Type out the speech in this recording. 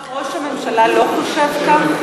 כלומר, ראש הממשלה לא חושב כך?